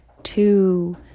two